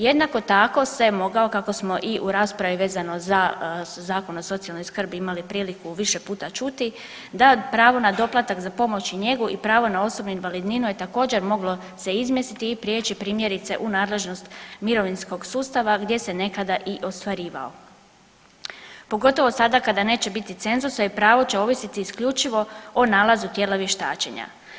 Jednako tako se mogao kako smo i u raspravi vezano za Zakon o socijalnoj skrbi imali priliku više puta čuti, da pravo na doplatak za pomoć i njegu i pravo na osobnu invalidninu se također moglo izmjestiti i prijeći primjerice u nadležnost mirovinskog sustava gdje se nekada i ostvarivao pogotovo sada kada neće biti cenzusa i pravo će ovisiti isključivo o nalazu tijela vještačenja.